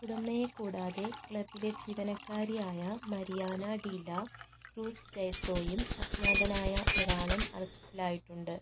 ഉടമയെ കൂടാതെ ക്ലബിലെ ജീവനക്കാരിയായ മരിയാന ഡിലാ ക്രൂസ് ഗയസോയും അജ്ഞാതനായ ഒരാളും അറസ്റ്റിലായിട്ടുണ്ട്